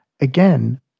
again